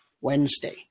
Wednesday